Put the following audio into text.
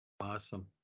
awesome